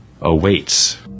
awaits